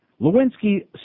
Lewinsky